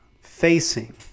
facing